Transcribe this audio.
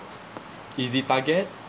easy target